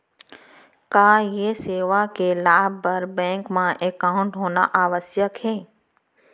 का ये सेवा के लाभ बर बैंक मा एकाउंट होना आवश्यक हे